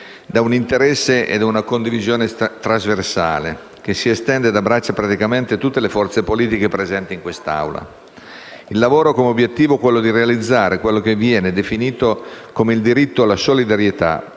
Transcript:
da un interesse e da una condivisione trasversale che si estendono ed abbracciano praticamente tutte le forze politiche presenti in quest'Aula. Il lavoro ha l'obiettivo di realizzare quello che viene definito come il diritto alla solidarietà,